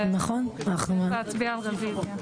אז צריך להצביע על זה שוב.